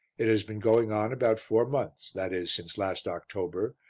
it has been going on about four months, that is, since last october,